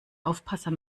aufpasser